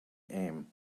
aim